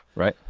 right,